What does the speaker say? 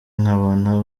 nkabona